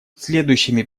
следующими